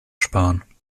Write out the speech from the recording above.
sparen